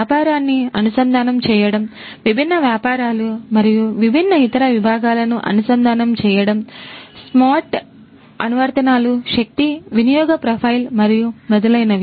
వ్యాపారాన్నిఅనుసంధానం మరియు మొదలైనవి